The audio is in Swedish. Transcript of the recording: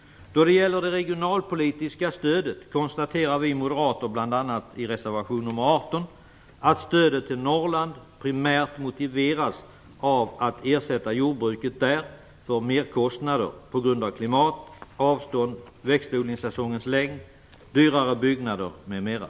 Då det gäller det regionalpolitiska stödet konstaterar vi moderater bl.a. i reservation nr 18 att stödet till Norrland primärt motiveras av ett behov av att ersätta jordbruket där för merkostnader på grund av klimat, avstånd, växtodlingssäsongens längd, dyrare byggnader m.m.